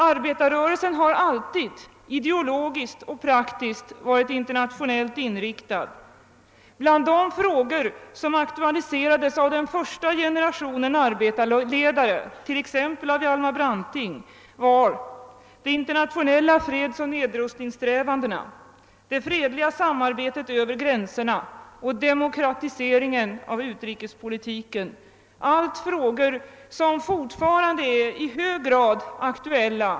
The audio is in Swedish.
Arbetarrörelsen har alltid — ideologiskt och praktiskt — varit internationellt inriktad. Bland de frågor som aktualiserades av den första generationen arbetarledare — t.ex. av Hjalmar Branting — var de internationella fredsoch nedrustningssträvandena, det fredliga samarbetet över gränserna och demokratiseringen av utrikespolitiken. Alla dessa frågor är fortfarande i hög grad aktuella.